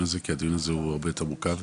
הזה כי הדיון הזה הוא הרבה יותר מורכב.